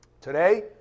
Today